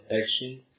actions